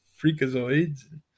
freakazoids